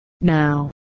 now